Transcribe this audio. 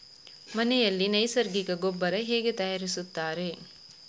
ಮನೆಯಲ್ಲಿ ನೈಸರ್ಗಿಕ ಗೊಬ್ಬರ ಹೇಗೆ ತಯಾರಿಸುತ್ತಾರೆ?